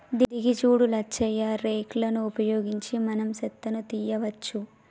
గిది సూడు లచ్చయ్య రేక్ లను ఉపయోగించి మనం సెత్తను తీయవచ్చు